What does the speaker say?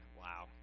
wow